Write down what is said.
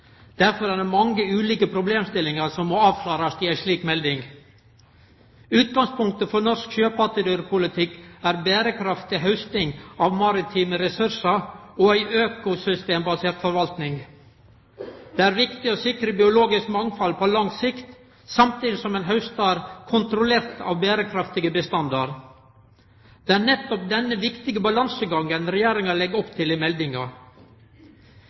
Derfor er det mange ulike problemstillingar som må avklarast i ei slik melding. Utgangspunktet for norsk sjøpattedyrpolitikk er berekraftig hausting av marine ressursar og ei økosystembasert forvaltning. Det er viktig å sikre biologisk mangfald på lang sikt, samtidig som ein haustar kontrollert av berekraftige bestandar. Det er nettopp denne viktige balansegangen Regjeringa legg opp til i meldinga.